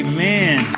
Amen